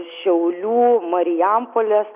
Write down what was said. šiaulių marijampolės